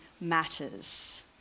matters